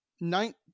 nine